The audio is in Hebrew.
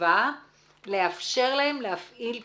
הסביבה לאפשר להם להפעיל פקחים,